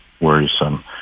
worrisome